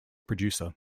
producer